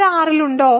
അത് R ൽ ഉണ്ടോ